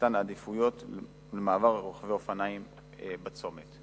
מתן עדיפות למעבר רוכבי אופניים בצומת.